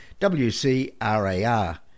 WCRAR